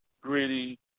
Gritty